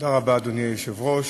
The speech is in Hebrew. אדוני היושב-ראש,